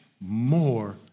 more